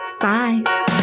Bye